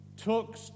took